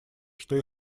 что